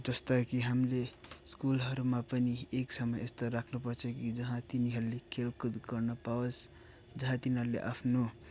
जस्ता कि हामीले स्कुलहरूमा पनि एक समय यस्तो राख्नु पर्छ कि जहाँ तिनीहरूले खेलकुद गर्न पावोस् जहाँ तिनीहरूले आफ्नो